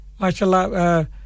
MashaAllah